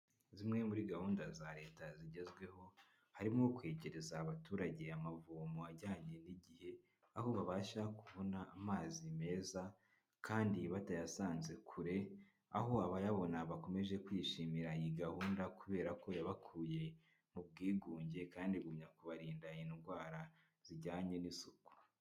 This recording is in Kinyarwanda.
Zimwe muri gahunda za leta zigezweho, harimo kwegereza abaturage amavomo ajyanye n'igihe, aho babasha kubona amazi meza, kandi batayasanze kure, aho abayabona bakomeje kwishimira iyi gahunda, kubera ko yabakuye mu bwigunge, kandi igumya kubarinda indwara zijyanye n'isuku.